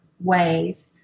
ways